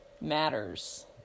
matters